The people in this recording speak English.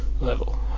level